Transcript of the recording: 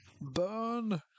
Burn